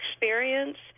experience